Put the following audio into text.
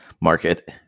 market